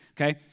Okay